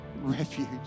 Refuge